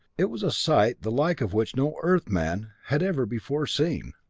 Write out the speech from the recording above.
it was a sight the like of which no earthman had ever before seen.